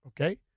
okay